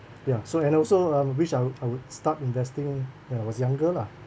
ya so and also um wish I would I would start investing when I was younger lah